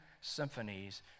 symphonies